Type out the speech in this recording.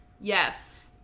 Yes